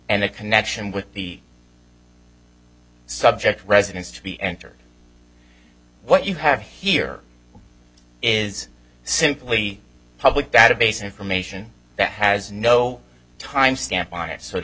and the connection with the subject residence to be entered what you have here is simply public database information that has no time stamp on it so to